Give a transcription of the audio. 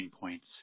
points